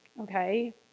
okay